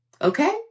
Okay